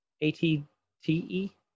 A-T-T-E